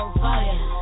fire